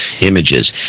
images